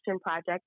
project